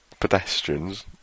pedestrians